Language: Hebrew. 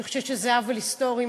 אני חושבת שזה עוול היסטורי,